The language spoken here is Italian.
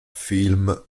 film